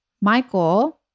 Michael